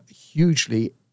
hugely